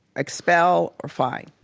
expel or fine.